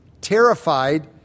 Terrified